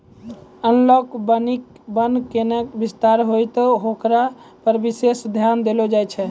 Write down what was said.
एनालाँक वानिकी वन कैना विस्तार होतै होकरा पर विशेष ध्यान देलो जाय छै